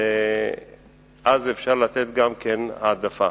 אז אפשר לתת העדפה.